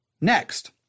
Next